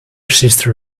sister